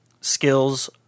skills